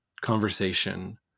conversation